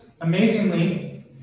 amazingly